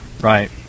Right